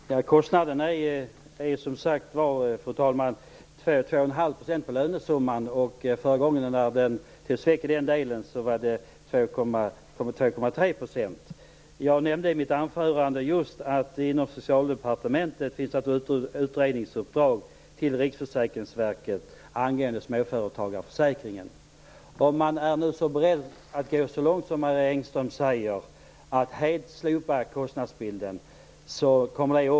Fru talman! Kostnaden uppgår, som sagt, till mellan 2 % och 2 1⁄2 % av lönesumman, och förra gången uppgick den till 2,3 %. Jag nämnde i mitt anförande att det inom Socialdepartementet finns ett utredningsuppdrag till Riksförsäkringsverket angående småföretagarförsäkringen.